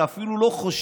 אתה אפילו לא חושב,